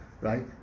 Right